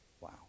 Wow